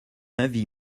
avis